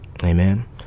Amen